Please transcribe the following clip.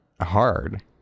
hard